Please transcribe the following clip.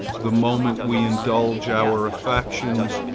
the moment we indulge our affections,